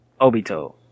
Obito